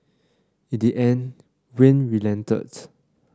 in the end Wayne relented